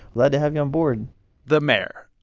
glad to have you on board the mayor,